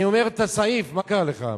אני אומר את הסעיף, מה קרה לך?